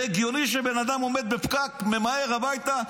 זה הגיוני שבן אדם ממהר הביתה,